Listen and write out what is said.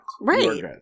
Right